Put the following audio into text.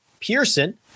Pearson